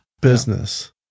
Business